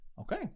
Okay